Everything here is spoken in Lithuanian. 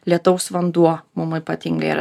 lietaus vanduo mum ypatingai yra